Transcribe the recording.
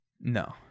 No